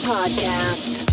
Podcast